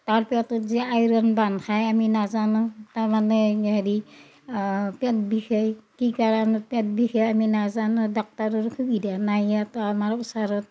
তাৰ পেটোত যি আইৰণ বান্ধ খায় আমি নাজানোঁ তাৰমানে হেৰি পেট বিষেই কি কাৰণত পেট বিষেই আমি নাজানোঁ ডাক্তাৰোৰ সুবিধা নাই ইয়াত আমাৰ ওচাৰোত